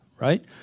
right